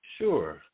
Sure